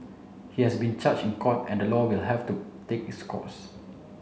he has been charged in court and the law will have to take its course